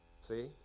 See